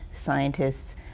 scientists